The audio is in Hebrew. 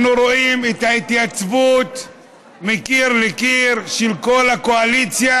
אנחנו רואים את ההתייצבות מקיר לקיר של כל הקואליציה,